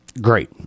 Great